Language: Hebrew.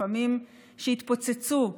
שהתפוצצו לפעמים,